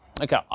Okay